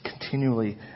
continually